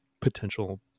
potential